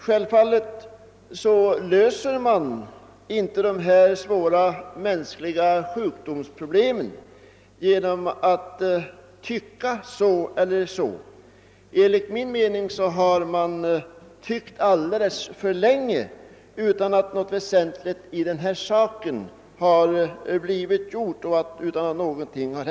Självfallet löser man inte dessa svåra problem när det gäller mänskliga sjukdomar genom att tycka si eller så. Enligt min mening har man tyckt alldeles för länge utan att något väsentligt blivit gjort i denna sak.